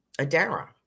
Adara